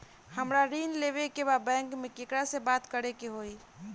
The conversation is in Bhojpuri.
हमरा ऋण लेवे के बा बैंक में केकरा से बात करे के होई?